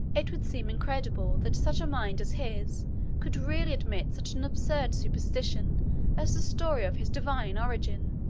it would seem incredible that such a mind as his could really admit such an absurd superstition as the story of his divine origin,